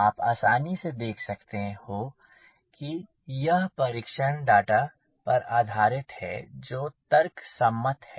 आप आसानी से देख सकते हो कि यह परीक्षण डाटा पर आधारित है जो तर्क सम्मत है